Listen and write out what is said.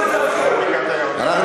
אנחנו,